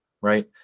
right